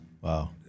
Wow